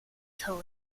till